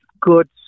good